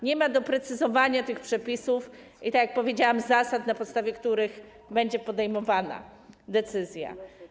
Nie ma doprecyzowania tych przepisów i, tak jak powiedziałam, zasad, na podstawie których będzie podejmowana decyzja.